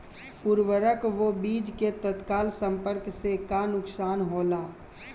उर्वरक व बीज के तत्काल संपर्क से का नुकसान होला?